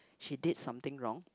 she did something wrong